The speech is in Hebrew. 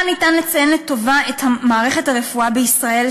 כאן ניתן לציין לטובה את מערכת הרפואה בישראל,